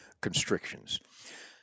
constrictions